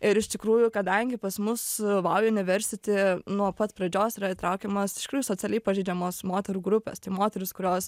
ir iš tikrųjų kadangi pas mus vau universiti nuo pat pradžios yra įtraukiamas iš tikrųjų socialiai pažeidžiamos moterų grupės moterys kurios